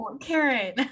Karen